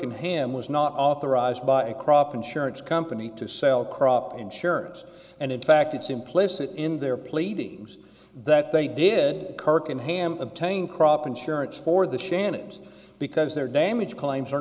in him was not authorized by a crop insurance company to sell crop insurance and in fact it's implicit in their pleadings that they did kirk and ham obtain crop insurance for the shannons because their damage claims